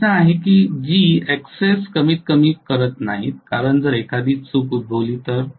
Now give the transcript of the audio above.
अशी रचना आहेत जी Xs कमीतकमी करत नाहीत कारण जर एखादी चूक उद्भवली तर